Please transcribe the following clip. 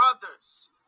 brothers